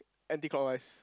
anti clockwise